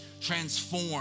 transform